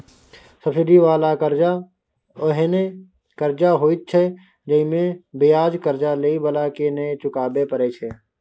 subsidy बला कर्जा ओहेन कर्जा होइत छै जइमे बियाज कर्जा लेइ बला के नै चुकाबे परे छै